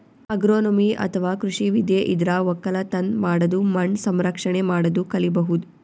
agronomy ಅಥವಾ ಕೃಷಿ ವಿದ್ಯೆ ಇದ್ರಾಗ್ ಒಕ್ಕಲತನ್ ಮಾಡದು ಮಣ್ಣ್ ಸಂರಕ್ಷಣೆ ಮಾಡದು ಕಲಿಬಹುದ್